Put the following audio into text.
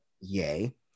yay